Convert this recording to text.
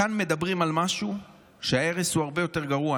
כאן מדברים על משהו שבו ההרס הוא הרבה יותר גרוע.